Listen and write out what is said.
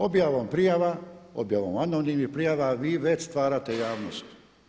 Objavom prijava, objavom anonimnih prijava vi već stvarate javnost.